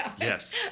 yes